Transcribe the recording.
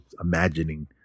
imagining